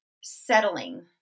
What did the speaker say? settling